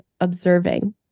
observing